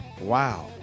wow